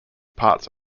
parts